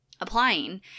applying